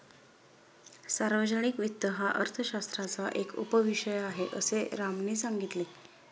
सार्वजनिक वित्त हा अर्थशास्त्राचा एक उपविषय आहे, असे रामने सांगितले